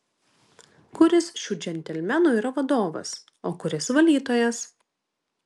kuris šių džentelmenų yra vadovas o kuris valytojas